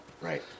Right